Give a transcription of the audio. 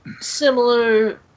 similar